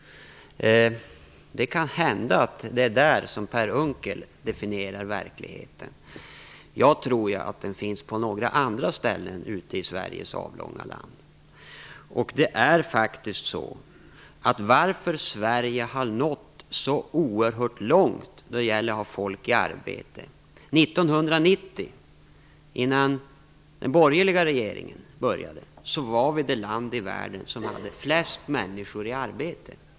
Det är kanske där Per Unckel definierar verkligheten. Jag tror att den finns på några andra ställen i Sveriges avlånga land. Sverige har ju nått långt när det gäller att ha folk i arbete. År 1990, innan den borgerliga regeringen tillsattes, var Sverige det land i världen som hade flest människor i arbete.